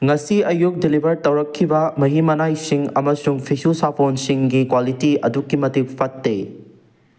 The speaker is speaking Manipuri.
ꯉꯁꯤ ꯑꯌꯨꯛ ꯗꯤꯂꯤꯕꯔ ꯇꯧꯔꯛꯈꯤꯕ ꯃꯍꯤ ꯃꯅꯥꯏꯁꯤꯡ ꯑꯃꯁꯨꯡ ꯐꯤꯁꯨ ꯁꯥꯄꯣꯟꯁꯤꯡꯒꯤ ꯀ꯭ꯋꯥꯂꯤꯇꯤ ꯑꯗꯨꯛꯀꯤ ꯃꯇꯤꯛ ꯐꯠꯇꯦ